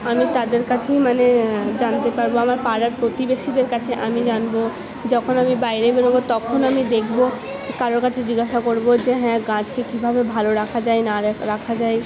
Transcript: আমি তাদের কাছেই মানে জানতে পারবো আমার পাড়ার প্রতিবেশীদের কাছে আমি জানবো যখন আমি বাইরে বেরোবো তখন আমি দেখবো কারোর কাছে জিজ্ঞাসা করবো যে হ্যাঁ গাছকে কীভাবে ভালো রাখা যায় না রাখা যায়